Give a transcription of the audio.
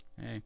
hey